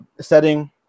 setting